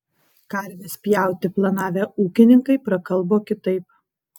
karves pjauti planavę ūkininkai prakalbo kitaip